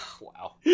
Wow